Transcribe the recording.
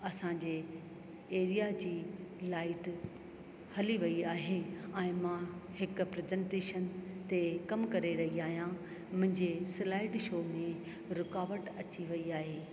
असांजे एरिया जी लाइट हली वई आहे ऐं मां हिकु प्रैजेंटेशन ते कमु करे रही आहियां मुंहिंजे स्लाइड शो में रुकावट अची वई आहे